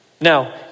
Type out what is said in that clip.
Now